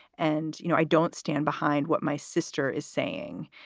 and, you know, i don't stand behind what my sister is saying.